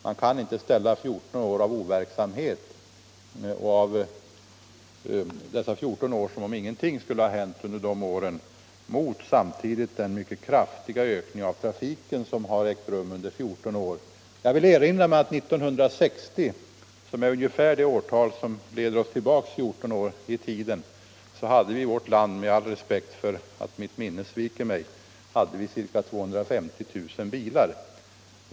Man kan inte göra gällande att ingenting skulle ha hänt under dessa år och ställa 14 år av overksamhet mot den kraftiga ökning av trafiken som ägt rum under samma 14 år. Jag vill erinra mig, med all reservation för att mitt minne kan svika mig, att vi år 1960 — ett årtal som leder oss drygt 14 år tillbaka i tiden — hade ca 1,2 miljoner bilar.